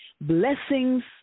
blessings